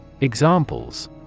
Examples